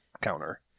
counter